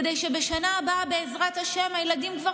כדי שבשנה הבאה בעזרת השם הילדים כבר